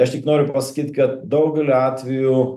aš tik noriu pasakyt kad daugeliu atvejų